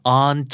on